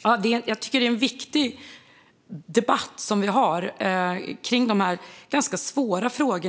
Fru talman! Jag tycker att vi har en viktig debatt om dessa ganska svåra frågor.